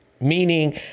Meaning